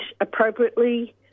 appropriately